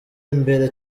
imbere